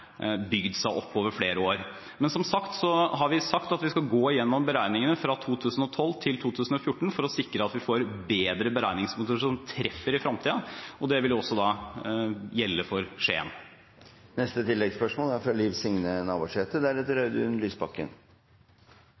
bygd seg opp over flere år. Men vi har sagt at vi skal gå gjennom beregningene fra 2012 til 2014 for å sikre at vi får bedre beregningsmåter som treffer i fremtiden. Det vil også gjelde for